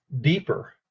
deeper